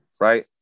right